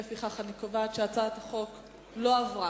לפיכך, אני קובעת שהצעת החוק לא עברה.